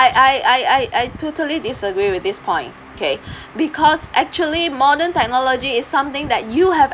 I I I I I totally disagree with this point okay because actually modern technology is something that you have